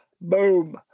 Boom